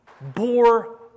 Bore